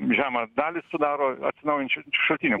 žemą dalį sudaro atsinaujinančių šaltinių